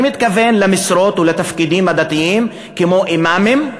אני מתכוון למשרות ולתפקידים הדתיים כמו אימאמים,